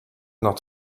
not